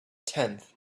tenth